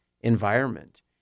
environment